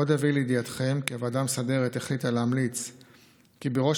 עוד אביא לידיעתכם כי הוועדה המסדרת החליטה להמליץ כי בראש